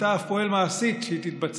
ואתה אף פועל מעשית שהיא תתבצע.